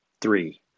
three